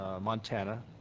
montana